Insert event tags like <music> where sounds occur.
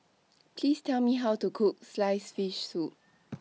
<noise> Please Tell Me How to Cook Sliced Fish Soup